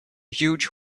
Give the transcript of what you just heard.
huge